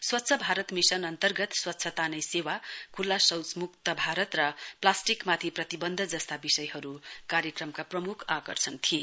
स्वच्छ भारत मिशन अन्तर्गत स्वच्छता नै सेव खुल्ला शौचमुक्त भारत र प्लास्टिक माथि प्रतिबन्ध जस्ता विषयहरू कार्यक्रमका प्रमुख आकर्षण थिए